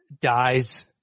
dies